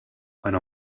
einer